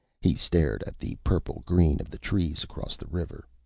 he stared at the purple-green of the trees across the river.